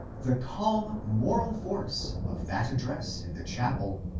the calm moral force of that address in the chapel,